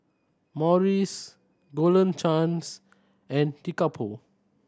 Morries Golden Chance and Kickapoo